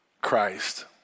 Christ